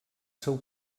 seu